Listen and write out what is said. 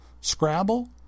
Scrabble